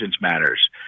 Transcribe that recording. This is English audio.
matters